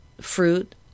fruit